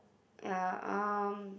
ya um